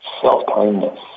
self-kindness